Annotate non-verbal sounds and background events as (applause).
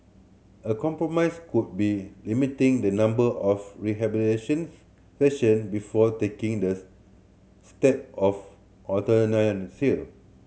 a compromise could be limiting the number of rehabilitation session before taking the step of (unintelligible)